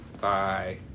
bye